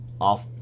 off